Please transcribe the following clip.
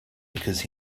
because